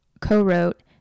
co-wrote